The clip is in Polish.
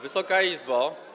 Wysoka Izbo!